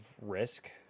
risk